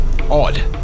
odd